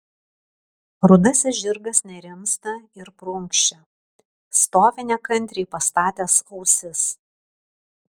rudasis žirgas nerimsta ir prunkščia stovi nekantriai pastatęs ausis